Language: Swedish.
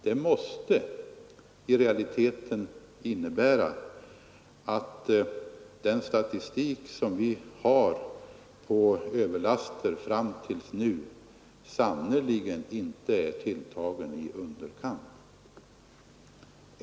Det skulle nämligen i realiteten innebära att den statistik vi har på överlasten fram till i dag sannerligen inte är tilltagen i underkant.